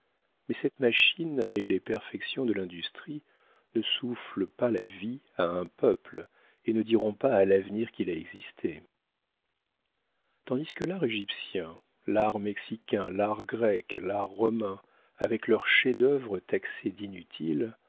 mais cette machine et les perfections de l'industrie ne soufflent pas la vie à un peuple et ne diront pas à l'avenir qu'il a existé tandis que l'art égyptien l'art mexicain l'art grec l'art romain avec leurs chefs-d'œuvre taxés d'inutiles